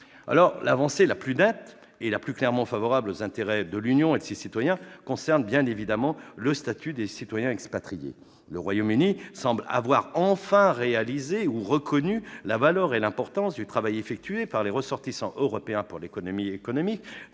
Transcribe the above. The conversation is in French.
L'avancée la plus nette et la plus clairement favorable aux intérêts de l'Union et de ses citoyens concerne bien évidemment le statut des citoyens expatriés. Le Royaume-Uni semble avoir enfin réalisé, ou reconnu, la valeur et l'importance du travail effectué par les ressortissants européens pour l'économie britannique,